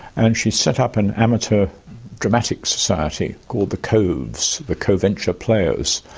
and she set up an amateur dramatic society called the coves, the co-venture players.